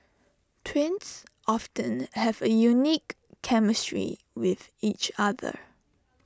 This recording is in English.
twins often have A unique chemistry with each other